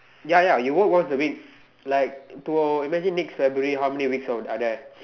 ya ya you work once a week like to imagine next February how many weeks are there